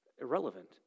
irrelevant